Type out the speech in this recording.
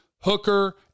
Hooker